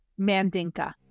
Mandinka